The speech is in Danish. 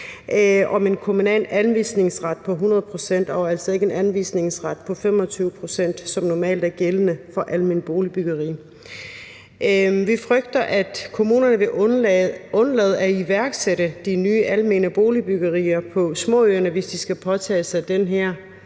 om en kommunal anvisningsret på 100 pct. og altså ikke en anvisningsret på 25 pct., som normalt er gældende for alment boligbyggeri. Vi frygter, at kommunerne vil undlade at iværksætte de nye almene boligbyggerier på småøerne, hvis de skal påtage sig den her